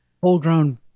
Full-grown